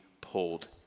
pulled